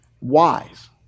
wise